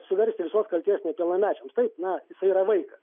suversti visos katės nepilnamečiams taip na jisai yra vaikas